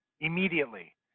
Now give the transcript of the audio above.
Immediately